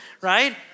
right